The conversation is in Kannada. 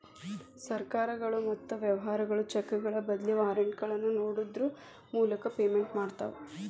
ಸರ್ಕಾರಗಳು ಮತ್ತ ವ್ಯವಹಾರಗಳು ಚೆಕ್ಗಳ ಬದ್ಲಿ ವಾರೆಂಟ್ಗಳನ್ನ ನೇಡೋದ್ರ ಮೂಲಕ ಪೇಮೆಂಟ್ ಮಾಡ್ತವಾ